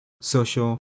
social